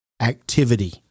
activity